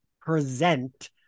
present